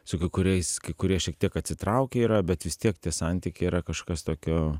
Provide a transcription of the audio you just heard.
su kuriais kai kurie šiek tiek atsitraukę yra bet vis tiek tie santykiai yra kažkas tokio